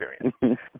experience